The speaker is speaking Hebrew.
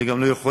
וגם לא יכולים,